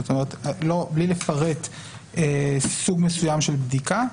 זאת אומרת בלי לפרט סוג מסוים של בדיקה,